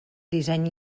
disseny